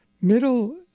middle